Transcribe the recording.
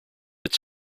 its